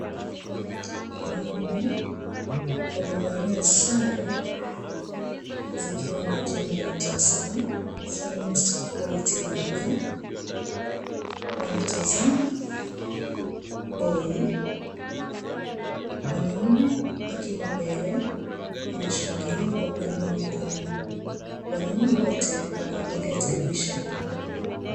Wanaume, wamevalia sare zikiwa na jina la Tusker finest quality lager , wanatazama boli , mwanaume akiwa mbele anashangilia kwa kuinua mikono, wanaume wote wanaangalia televisheni.